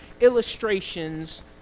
illustrations